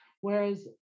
Whereas